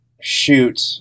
shoot